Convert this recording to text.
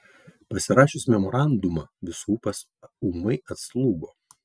pasirašius memorandumą visų ūpas ūmai atslūgo